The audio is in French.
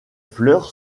fleurs